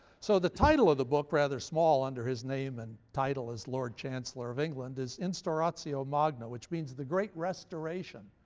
so the title of the book, rather small under his name and title as lord chancellor of england, is instauratio magna, which means the great restoration.